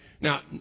Now